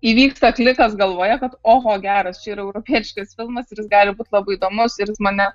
įvyksta klikas galvoje kad oho geras čia yra europietiškas filmas ir jis gali būt labai įdomus ir jis mane